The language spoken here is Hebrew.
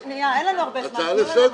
אין לנו הרבה זמן, תנו לנו בבקשה.